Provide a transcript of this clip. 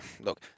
Look